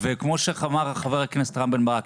כמו אמר חבר הכנסת רם בן ברק,